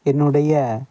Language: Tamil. என்னுடைய